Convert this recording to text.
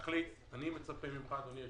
אני מצפה ממך אדוני הישוב-ראש,